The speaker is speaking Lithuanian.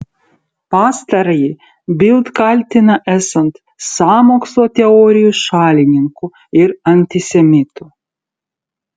pastarąjį bild kaltina esant sąmokslo teorijų šalininku ir antisemitu